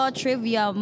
trivia